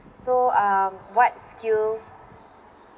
so um what skills